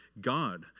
God